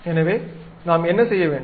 எனவே நாம் என்ன செய்ய வேண்டும்